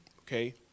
Okay